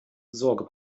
sorge